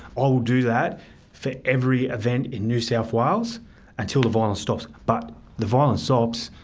i'll do that for every event in new south wales until the violence stops. but the violence stops,